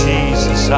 Jesus